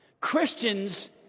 Christians